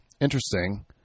interesting